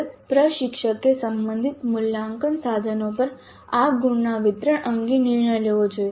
હવે પ્રશિક્ષકે સંબંધિત મૂલ્યાંકન સાધનો પર આ ગુણના વિતરણ અંગે નિર્ણય લેવો જોઈએ